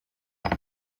seis